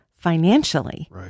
financially